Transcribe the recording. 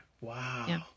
Wow